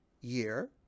year